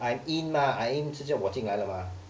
I in mah I in 就是我进来了嘛